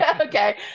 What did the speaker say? Okay